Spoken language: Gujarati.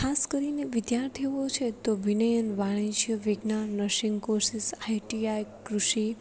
ખાસ કરીને વિધાર્થીઓ છે તો વિનયન અને વાણિજ્ય વિજ્ઞાન નર્સિંગ કોર્સીસ આઈટીઆઈ કૃષિ